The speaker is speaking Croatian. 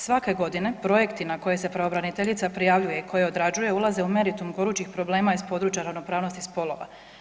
Svake godine projekti na koje se pravobraniteljica prijavljuje i koje odrađuje ulaze u meritum gorućih problema iz područja ravnopravnosti spolova.